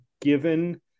given